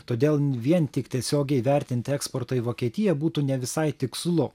todėl vien tik tiesiogiai vertinti eksportą į vokietiją būtų ne visai tikslu